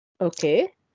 Okay